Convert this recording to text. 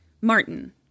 Martin